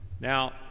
Now